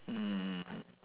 mm mm